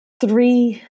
three